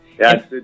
Yes